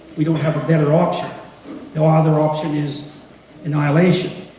we don't have a better option the other option is annihilation,